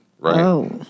Right